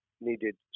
needed